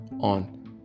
on